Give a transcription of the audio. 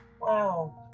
Wow